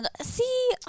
See